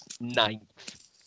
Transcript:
ninth